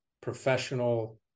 professional